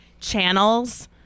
channels